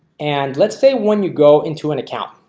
and let's say when you go into an account.